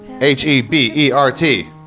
H-E-B-E-R-T